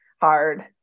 hard